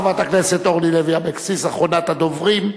חברת הכנסת אורלי לוי אבקסיס, אחרונת הדוברים.